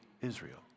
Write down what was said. Israel